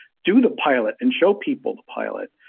do the pilot and show people the pilot.